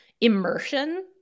immersion